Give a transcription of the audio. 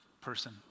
person